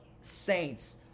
Saints